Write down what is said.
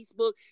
Facebook